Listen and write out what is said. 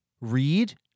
read